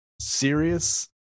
serious